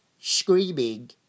screaming